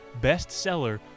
bestseller